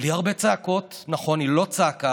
בלי הרבה צעקות, נכון, היא לא צעקה,